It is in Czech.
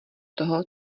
toho